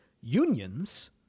unions